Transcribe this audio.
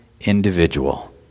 individual